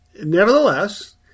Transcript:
nevertheless